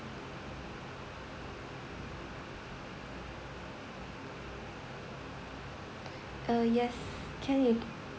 uh yes can you